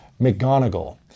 McGonigal